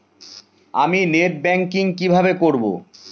আমি net banking কিভাবে করব?